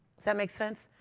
does that make sense?